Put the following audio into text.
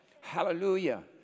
Hallelujah